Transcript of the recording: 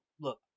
look